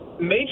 Major